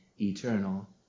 eternal